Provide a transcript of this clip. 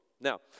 Now